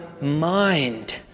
mind